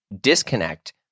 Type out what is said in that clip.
disconnect